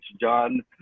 John